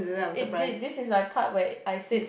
it did this is the part where I said